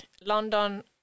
London